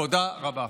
תודה רבה.